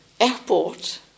airport